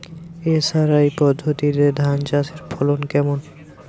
SRI পদ্ধতি ধান চাষের ফলন কেমন?